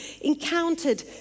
encountered